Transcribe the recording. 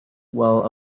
while